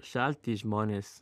šalti žmonės